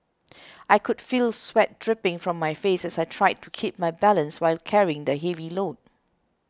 I could feel sweat dripping from my face as I tried to keep my balance while carrying the heavy load